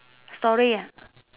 story